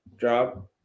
job